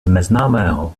neznámého